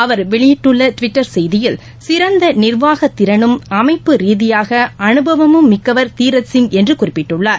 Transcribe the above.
அவர் வெளியிட்டுள்ள டுவிட்டர் செய்தியில் சிறந்த நிர்வாக திறனும் அமைப்பு ரீதியாக அனுபவமும் மிக்கவர் தீரத் சிங் என்று குறிப்பிட்டுள்ளார்